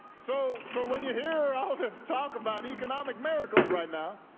so so when you hear all this talk about economic miracles right now,